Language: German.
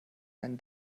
einen